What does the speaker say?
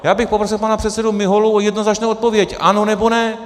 Já bych poprosil pana předsedu Miholu o jednoznačnou odpověď ano, nebo ne?